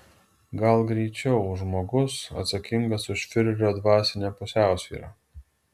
gal greičiau žmogus atsakingas už fiurerio dvasinę pusiausvyrą